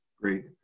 Great